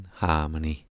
harmony